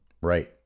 Right